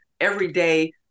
everyday